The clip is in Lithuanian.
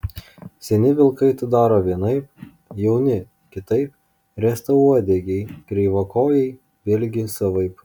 seni vilkai tai daro vienaip jauni kitaip riestauodegiai kreivakojai vėlgi savaip